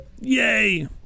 Yay